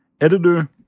editor